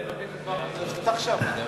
אני מבקש הצבעה חוזרת.